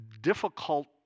difficult